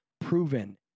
proven